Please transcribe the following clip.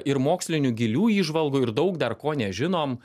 ir mokslinių gilių įžvalgų ir daug dar ko nežinom